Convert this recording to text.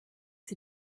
sie